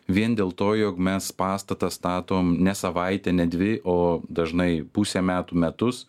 vien dėl to jog mes pastatą statom ne savaitę ne dvi o dažnai pusę metų metus